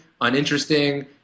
uninteresting